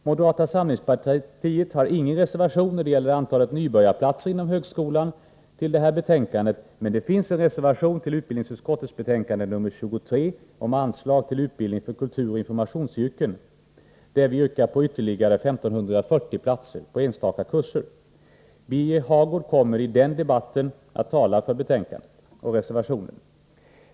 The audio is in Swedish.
Moderata samlingspartiet har ingen reservation till det här betänkandet när det gäller antalet nybörjarplatser inom högskolan, men det finns en reservation till utbildningsutskottets betänkande nr 23 om anslag till utbildning för kulturoch informationsyrken, där vi yrkar på ytterligare 1 540 platser på enstaka kurser. Birger Hagård kommer att i den debatten tala för reservationen.